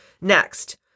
Next